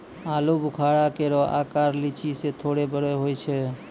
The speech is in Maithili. आलूबुखारा केरो आकर लीची सें थोरे बड़ो होय छै